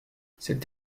cette